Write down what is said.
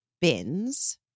bins